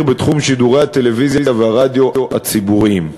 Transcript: בתחום שידורי הטלוויזיה והרדיו הציבוריים.